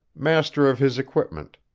master of his equipment.